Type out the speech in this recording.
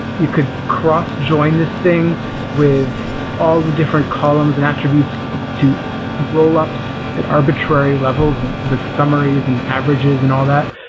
you could cross join this thing with all the different columns and attribute to roll up at arbitrary levels the summaries and averages and all that.